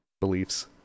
beliefs